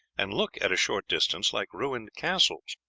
and look at a short distance like ruined castles.